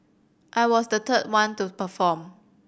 I was the third one to perform